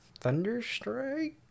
Thunderstrike